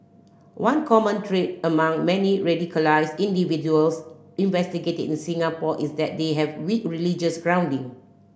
one common trait among many radicalised individuals investigated in Singapore is that they have weak religious grounding